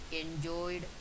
enjoyed